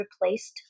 replaced